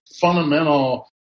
fundamental